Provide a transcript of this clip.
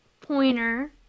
pointer